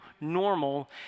normal